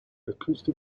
acoustic